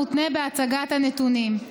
מותנה בהצגת הנתונים.